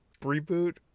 reboot